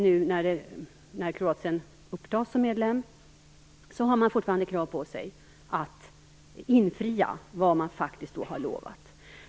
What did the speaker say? När nu Kroatien upptas som medlem har de fortfarande krav på sig att infria vad de faktiskt har lovat.